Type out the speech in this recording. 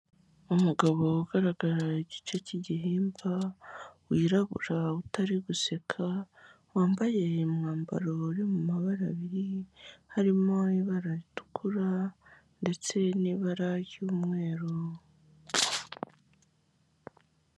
Umugabo ugaragara igice cy'igihimba wirabura utari guseka, wambaye umwambaro uri mu mabara abiri, harimo ibara ritukura ndetse n'ibara ry'umweru.